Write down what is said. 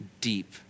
deep